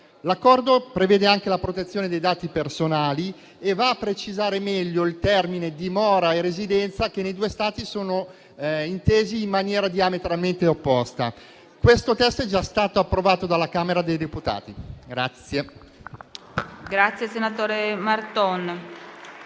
L'Accordo prevede anche la protezione dei dati personali e va a precisare meglio i termini dimora e residenza, che nei due Stati sono intesi in maniera diametralmente opposta. Questo testo è già stato approvato dalla Camera dei deputati.